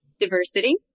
diversity